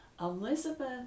Elizabeth